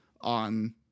on